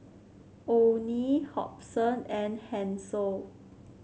Onie Hobson and Hansel